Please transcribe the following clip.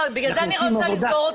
לא, בגלל זה אני רוצה לסגור אתכם.